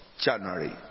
January